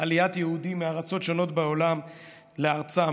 עליית יהודים מארצות שונות בעולם לארצם,